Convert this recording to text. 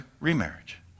remarriage